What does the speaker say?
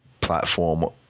platform